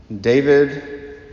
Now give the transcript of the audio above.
David